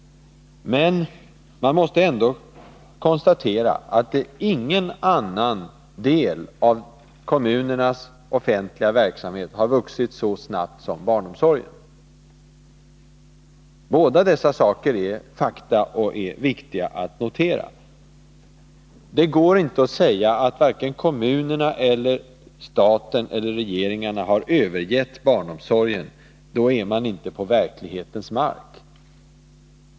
Men man måste ändå konstatera att ingen annan del av kommunernas offentliga verksamhet har vuxit så snabbt som barnomsorgen. Båda dessa saker är fakta, och de är viktiga att notera. Det går inte att säga att vare sig kommunerna, staten eller regeringarna har övergett barnomsorgen — då är man inte på verklighetens mark.